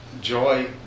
joy